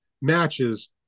matches